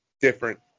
different